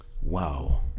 Wow